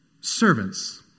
servants